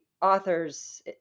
authors